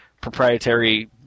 proprietary